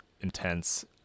intense